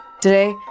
Today